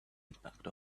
impact